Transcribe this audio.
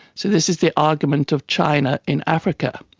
so this is the argument of china in africa.